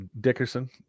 dickerson